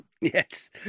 Yes